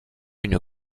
une